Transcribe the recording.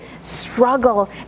struggle